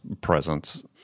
presence